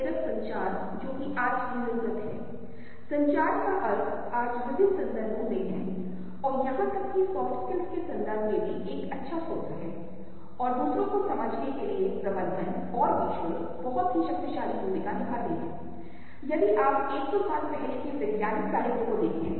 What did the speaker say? अब ऐसा करते हुए आइए हम एक बहुत ही दिलचस्प घर को देखें जो एक संग्रहालय में मौजूद है जहाँ आप घर के विभिन्न हिस्सों के बीच चलते हैं तो आप पाएंगे कि जैसे ही आप आगे बढ़ते हैं इस तरफ के घर की तरफ आप बहुत बड़े हो जाते हैं और जैसे जैसे आप इस तरफ से इस तरफ बढ़ते हैं आप बहुत छोटे होते जाते हैं